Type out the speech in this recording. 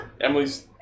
Emily's